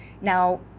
now